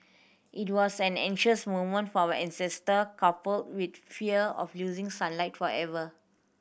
it was an anxious moment for our ancestor coupled with the fear of losing sunlight forever